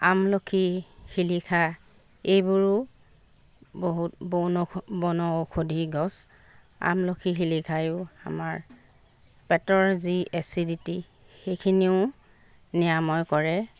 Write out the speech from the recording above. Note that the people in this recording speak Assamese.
আমলখি শিলিখা এইবোৰো বহুত বনষৌধি গছ আমলখি শিলিখায়ো আমাৰ পেটৰ যি এচিডিটি সেইখিনিও নিৰাময় কৰে